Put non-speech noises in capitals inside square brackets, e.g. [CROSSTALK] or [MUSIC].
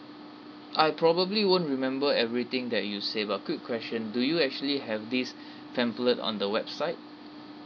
I probably won't remember everything that you say but quick question do you actually have this [BREATH] pamphlet on the website